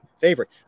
favorite